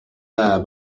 there